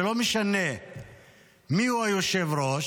ולא משנה מי היושב-ראש.